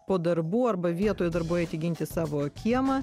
po darbų arba vietoj darbų eiti ginti savo kiemą